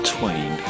Twain